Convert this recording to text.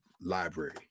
Library